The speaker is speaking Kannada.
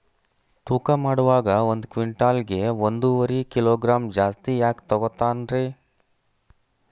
ತೂಕಮಾಡುವಾಗ ಒಂದು ಕ್ವಿಂಟಾಲ್ ಗೆ ಒಂದುವರಿ ಕಿಲೋಗ್ರಾಂ ಜಾಸ್ತಿ ಯಾಕ ತೂಗ್ತಾನ ರೇ?